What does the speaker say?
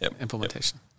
implementation